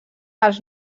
els